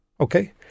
okay